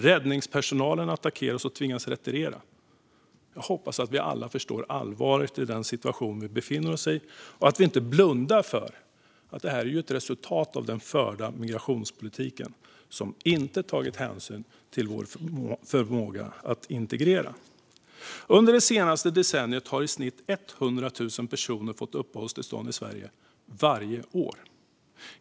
Räddningspersonal attackerades och tvingades retirera. Jag hoppas att vi alla förstår allvaret i den situation vi befinner oss i och att vi inte blundar för att detta är ett resultat av den förda migrationspolitiken, som inte tagit hänsyn till vår förmåga att integrera. Under det senaste decenniet har i snitt 100 000 personer fått uppehållstillstånd i Sverige varje år.